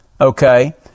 Okay